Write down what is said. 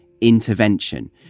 intervention